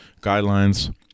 guidelines